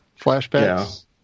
flashbacks